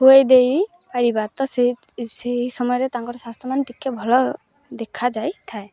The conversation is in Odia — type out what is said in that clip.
ଖୁଆଇ ଦେଇପାରିବା ତ ସେ ସେହି ସମୟରେ ତାଙ୍କର ସ୍ୱାସ୍ଥ୍ୟ ମାନ ଟିକେ ଭଲ ଦେଖାଯାଇଥାଏ